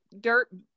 dirt